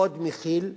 מאוד מכיל,